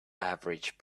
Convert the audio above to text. average